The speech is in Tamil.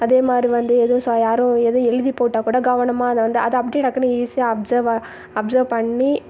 அதேமாதிரி வந்து எதுவும் ஸோ யாரும் எதுவும் எழுதி போட்டால் கூட கவனமாக அதை வந்து அதை அப்படியே டக்குனு ஈஸியாக அப்செர்வ் அப்செர்வ் பண்ணி